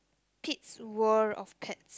Pete's World of Cats